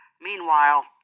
Meanwhile